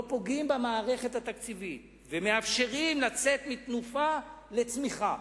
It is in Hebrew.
פוגעים במערכת התקציבית ומאפשרים לצאת מתנופה לצמיחה.